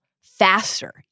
Faster